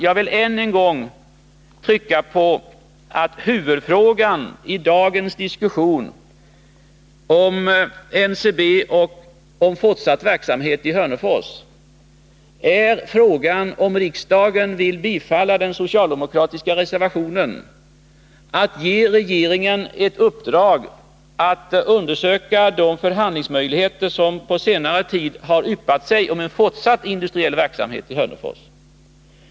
Jag vill än en gång slå fast att huvudfrågan i dagens diskussion om NCB och om fortsatt verksamhet vid Hörnefors är frågan om riksdagen vill bifalla den socialdemokratiska reservationen att ge ett uppdrag till regeringen att undersöka de förhandlingsmöjligheter som kommit på senare tid om en fortsatt industriell verksamhet i Hörnefors.